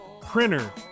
printer